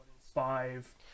five